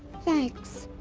thanks.